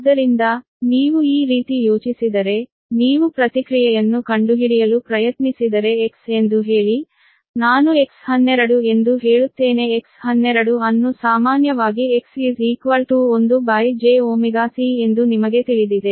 ಆದ್ದರಿಂದ ನೀವು ಈ ರೀತಿ ಯೋಚಿಸಿದರೆ ನೀವು ಪ್ರತಿಕ್ರಿಯೆಯನ್ನು ಕಂಡುಹಿಡಿಯಲು ಪ್ರಯತ್ನಿಸಿದರೆ X ಎಂದು ಹೇಳಿ ನಾನು X12 ಎಂದು ಹೇಳುತ್ತೇನೆ X12 ಅನ್ನು ಸಾಮಾನ್ಯವಾಗಿ X1ωCಎಂದು ನಿಮಗೆ ತಿಳಿದಿದೆ